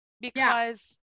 because-